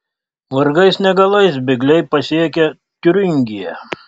vargais negalais bėgliai pasiekia tiuringiją